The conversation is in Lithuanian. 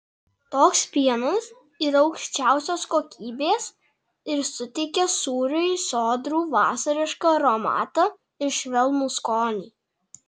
toks pienas yra aukščiausios kokybės ir suteikia sūriui sodrų vasarišką aromatą ir švelnų skonį